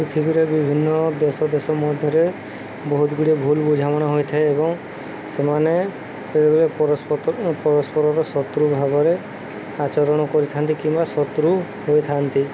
ପୃଥିବୀରେ ବିଭିନ୍ନ ଦେଶ ଦେଶ ମଧ୍ୟରେ ବହୁତ ଗୁଡ଼ିଏ ଭୁଲ ବୁଝାମଣା ହୋଇଥାଏ ଏବଂ ସେମାନେ ବେଳେବେଳେ ପରସ୍ପ ପରସ୍ପରର ଶତ୍ରୁ ଭାବରେ ଆଚରଣ କରିଥାନ୍ତି କିମ୍ବା ଶତ୍ରୁ ହୋଇଥାନ୍ତି